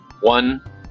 one